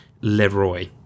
Leroy